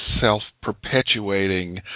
self-perpetuating